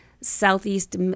Southeast